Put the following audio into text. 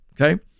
Okay